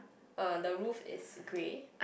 uh the roof is grey